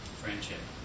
friendship